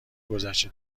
گدشته